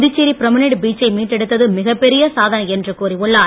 Puducherry promenade பீச்சை மீட்டெடுத்தது மிகப் பெரிய சாதனை என்று கூறியுள்ளார்